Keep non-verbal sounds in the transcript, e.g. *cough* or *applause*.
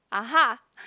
*noise*